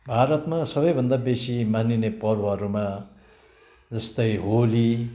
भारतमा सबै भन्दा बेसी मानिने पर्वहरूमा जस्तै होली